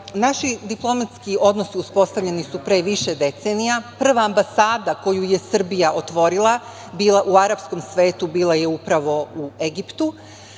diplomatski odnosi uspostavljeni su pre više decenija. Prva ambasada koju je Srbija otvorila u arapskom svetu bila je upravo u Egiptu.